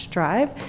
Drive